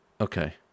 Okay